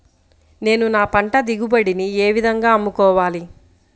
నేను నా పంట దిగుబడిని ఏ విధంగా అమ్ముకోవాలి?